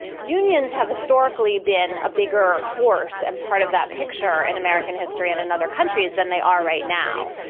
unions have historically been a bigger force, and part of that picture in american history in another country is than they are right now.